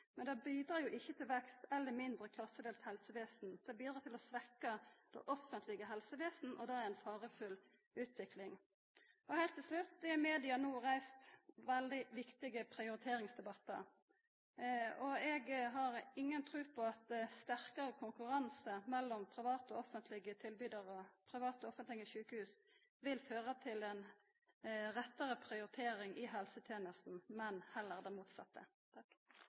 Men det bidreg jo ikkje til vekst eller mindre klassedelt helsevesen. Det bidreg til å svekka det offentlege helsevesenet, og det er ei farefull utvikling. Heilt til slutt: Det er i media no reist veldig viktige prioriteringsdebattar. Eg har ingen tru på at sterkare konkurranse mellom private og offentlege tilbydarar, private og offentlege sjukehus, vil føra til ei rettare prioritering i helsetenesta, men heller til det motsette.